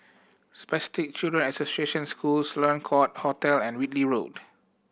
Spastic Children Association School Sloane Court Hotel and Whitley Road